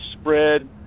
spread